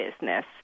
business